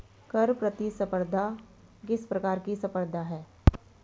कर प्रतिस्पर्धा किस प्रकार की स्पर्धा है?